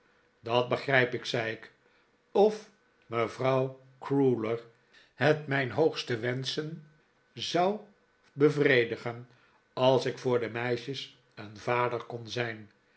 dat begrijp ik zei ik of mevrouw crewler het mijn hoogste wenschen zou bevredigen als ik voor de meisjes een vader kon zijn